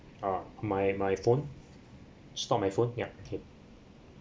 ah my my phone stop my phone ya okay